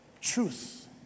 truth